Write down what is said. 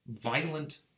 violent